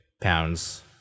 pounds